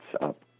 up